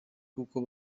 kuko